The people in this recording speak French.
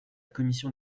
commission